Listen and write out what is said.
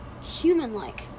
human-like